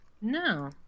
no